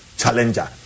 challenger